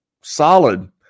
solid